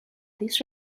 this